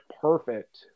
perfect